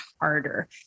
harder